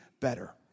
better